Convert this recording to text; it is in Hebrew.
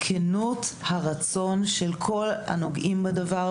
בכנות הרצון של כל הנוגעים בדבר,